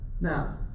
now